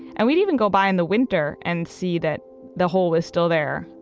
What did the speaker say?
and we'd even go by in the winter and see that the hole was still there.